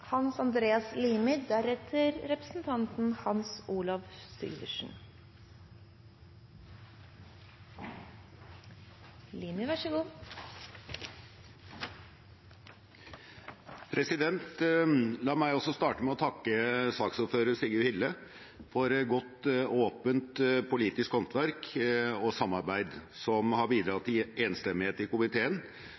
La meg også starte med å takke saksordfører Sigurd Hille for godt, åpent politisk håndverk og samarbeid som har bidratt til enstemmighet i komiteen